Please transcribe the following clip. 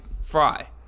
fry